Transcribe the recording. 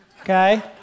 Okay